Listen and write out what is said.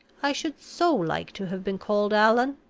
i should so like to have been called allan!